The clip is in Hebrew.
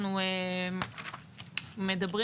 אנחנו מדברים